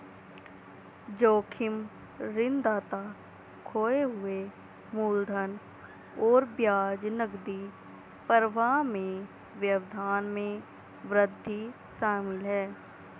जोखिम ऋणदाता खोए हुए मूलधन और ब्याज नकदी प्रवाह में व्यवधान में वृद्धि शामिल है